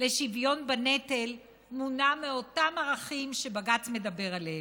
לשוויון בנטל, מונע מאותם ערכים שבג"ץ מדבר עליהם.